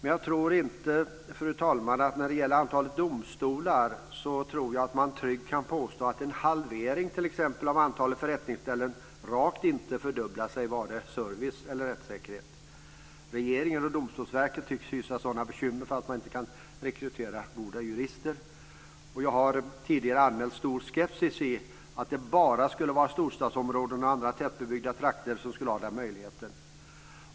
När det gäller antalet domstolar, fru talman, tror jag att man tryggt kan påstå att en halvering av antalet förrättningsställen rakt inte fördubblar vare sig service eller rättssäkerhet. Regeringen och Domstolsverket tycks ha bekymmer för att man inte kan rekrytera goda jurister. Jag har tidigare anmält stor skepsis beträffande att det bara skulle vara storstadsområden och andra tätbebyggda platser som skulle ha den möjligheten.